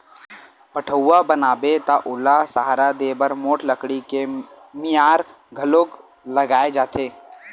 पठउहाँ बनाबे त ओला सहारा देय बर मोठ लकड़ी के मियार घलोक लगाए जाथे